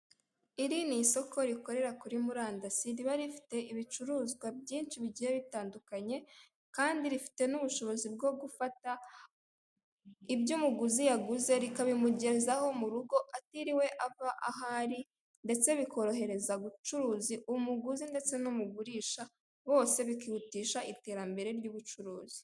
Iri ni isoko rikorera kuri murandasi, riba rifite ibicuruzwa byinshi bigiye bitandukanye, kandi rifite n'ubushobozi bwo gufata ibyo umuguzi yaguze rikabimugerezaho mu rugo, atiriwe ava aho ari, ndetse bikorohereza ubucuruzi, umuguzi ndetse n'umugurisha, bose bikihutisha iterambere ry'ubucuruzi.